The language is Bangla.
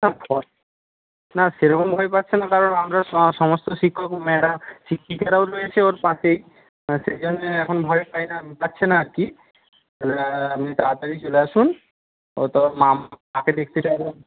না না সেরকম ভয় পাচ্ছে না কারণ আমরা শ সমস্ত শিক্ষক ম্যাডাম শিক্ষিকারাও রয়েছে ওর পাশেই সেই জন্যই এখন ভয় পায় না পাচ্ছে না আর কি আপনি তাড়াতাড়ি চলে আসুন ও তো মা মাকে দেখতে চাইবে